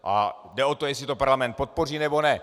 A jde o to, jestli to parlament podpoří, nebo ne.